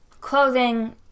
clothing